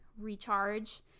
recharge